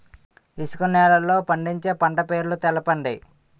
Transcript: ఇసుక నేలల్లో పండించే పంట పేర్లు తెలపండి?